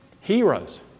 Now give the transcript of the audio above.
heroes